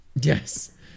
yes